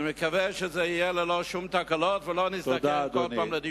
אני מקווה שזה יהיה ללא שום תקלות ולא נזדקק כל פעם לדיון נוסף.